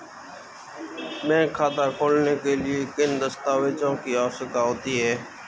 Bank खाता खोलने के लिए किन दस्तावेज़ों की आवश्यकता होती है?